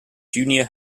junior